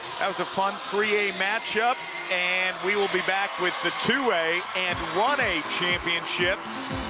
that was a fun three a matchup and we will be back with the two a and one a championships.